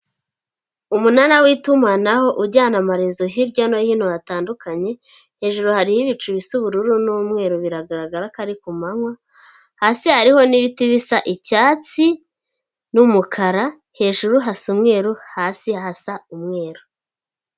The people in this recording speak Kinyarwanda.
Umunara w'itumanaho ujyana amarizo hirya no hino hatandukanye, hejuru hariho ibicu bisa ubururu n'umweru biragaragara ko ari ku manywa, hasi hariho n'ibiti bisa icyatsi n'umukara, hejuru hasa umweru, hasi hasa umweru.